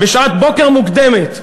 בשעת בוקר מוקדמת,